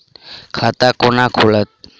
खाता केना खुलत?